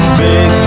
big